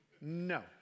No